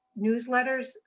newsletters